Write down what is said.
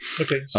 Okay